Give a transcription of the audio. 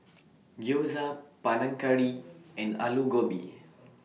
Gyoza Panang Curry and Alu Gobi